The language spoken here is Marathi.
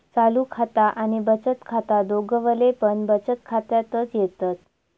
चालू खाता आणि बचत खाता दोघवले पण बचत खात्यातच येतत